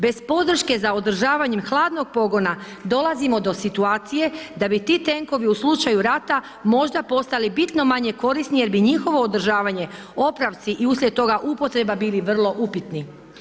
Bez podrške za održavanjem hladnog pogona dolazimo do situacije da bi ti tenkovi u slučaju rata možda postali bitno manje korisni jer bi njihovo održavanje, popravci i uslijed toga upotreba bili vrlo upitni.